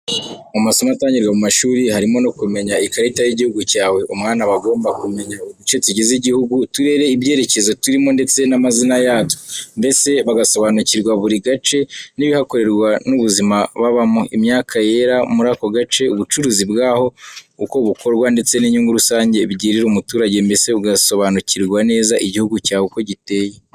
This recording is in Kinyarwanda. Mu masomo atangirwa mu mashuri, harimo no kumenya ikarita y'iguhugu cyawe. Umwana aba agomba kumenya uduce tugize igihugu, uturere, ibyerekezo turimo ndetse n'amazina yatwo, mbese bagasobanukirwa buri gace n'ibihakorerwa n'ubuzima babamo, imyaka yera muri ako gace, ubucuruzi bwaho uko bukorwa ndetse n'inyungu rusange bigirira umuturage, mbese ugasobanukirwa neza igihugu cyawe uko giteye.